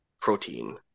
protein